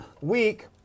week